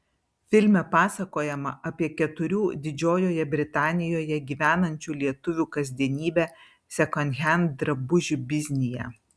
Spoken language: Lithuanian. filme pasakojama apie keturių didžiojoje britanijoje gyvenančių lietuvių kasdienybę sekondhend drabužių biznyje